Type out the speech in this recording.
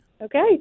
Okay